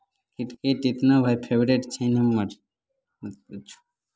cricket इतना भाय favourite छै ने हमर मत पूछह